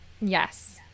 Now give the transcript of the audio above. Yes